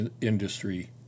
industry